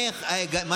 הפרקליטות סגרה.